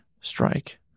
strike